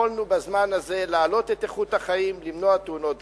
יכולנו בזמן הזה להעלות את איכות החיים ולמנוע תאונות דרכים.